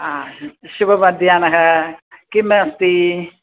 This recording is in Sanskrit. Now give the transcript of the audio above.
ह शुभमध्याह्नं किम् अस्ति